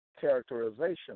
characterization